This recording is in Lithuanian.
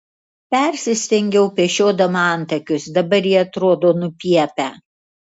persistengiau pešiodama antakius dabar jie atrodo nupiepę